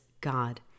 God